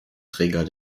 träger